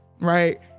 right